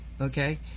okay